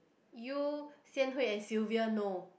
you Xian-Hui and Sylvia know